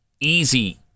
easy